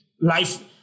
life